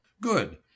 good